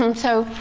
um so,